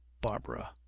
Barbara